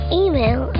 email